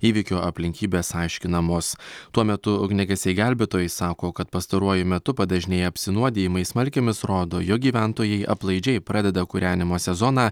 įvykio aplinkybės aiškinamos tuo metu ugniagesiai gelbėtojai sako kad pastaruoju metu padažnėję apsinuodijimai smalkėmis rodo jog gyventojai aplaidžiai pradeda kūrenimo sezoną